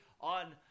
on